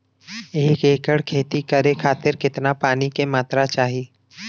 एक एकड़ खेती करे खातिर कितना पानी के मात्रा चाही?